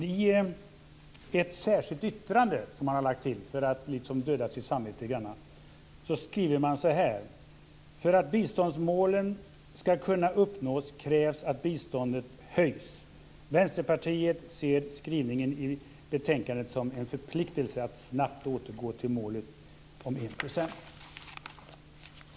I ett särskilt yttrande som man har lagt till för att döva sitt samvete lite grann skriver man så här: "För att biståndsmålen ska kunna uppnås krävs att biståndsnivån höjs. Vänsterpartiet ser skrivningarna i betänkandet som en förpliktelse att snabbt återgå till målet om 1 %".